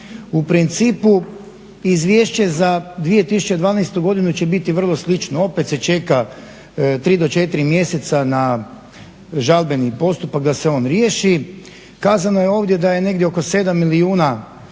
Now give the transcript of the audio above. u principu Izvješće za 2012. godinu će biti vrlo slično. Opet se čeka 3 do 4 mjeseca na žalbeni postupak da se on riješi. Kazano je ovdje da je negdje oko 7 milijuna bio